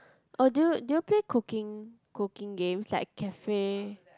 oh do you do you play cooking cooking games like cafe